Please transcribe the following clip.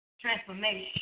transformation